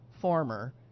former